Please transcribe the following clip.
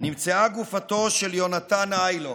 נמצאה גופתו של יונתן היילו.